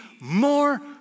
more